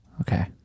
Okay